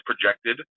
projected